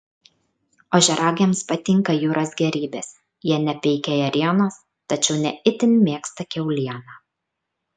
ožiaragiams patinka jūros gėrybės jie nepeikia ėrienos tačiau ne itin mėgsta kiaulieną